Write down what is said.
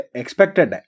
expected